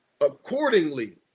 accordingly